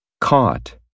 caught